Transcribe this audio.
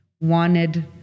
wanted –